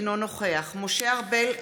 אינו נוכח משה ארבל,